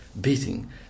beating